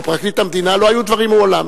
או פרקליט המדינה: לא היו דברים מעולם,